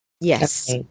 Yes